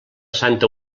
santa